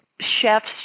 chefs